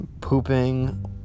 pooping